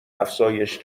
افزایش